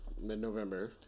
mid-November